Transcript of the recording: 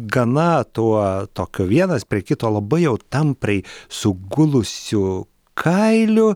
gana tuo tokio vienas prie kito labai jau tampriai sugulusiu kailiu